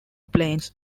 plains